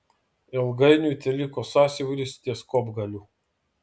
ilgainiui teliko sąsiauris ties kopgaliu